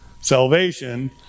Salvation